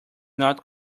not